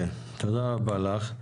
תודה רבה לך.